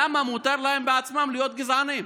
למה מותר להם בעצמם להיות גזענים?